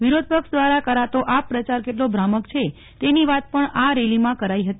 વિરોધપક્ષ દ્વારા કરતો આપપ્રચાર કેટલો ભ્રામક છે તેની વાત પણ આ રેલીમાં કરાઈ હતી